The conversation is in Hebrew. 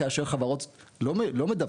כאשר חברות לא מדווחות.